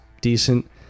decent